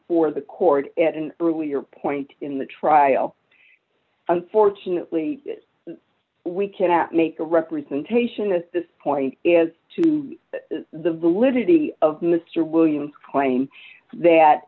before the court at an earlier point in the trial unfortunately we cannot make a representation at this point is to the validity of mr williams claim that